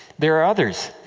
there are others.